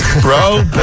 Bro